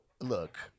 look